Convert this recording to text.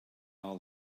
all